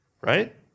right